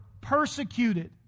persecuted